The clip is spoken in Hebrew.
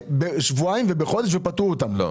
לא,